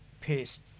pissed